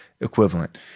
equivalent